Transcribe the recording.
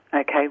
Okay